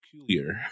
peculiar